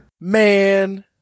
Man